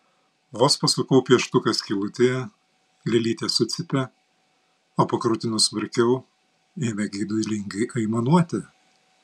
vos pasukau pieštuką skylutėje lėlytė sucypė o pakrutinus smarkiau ėmė geidulingai aimanuoti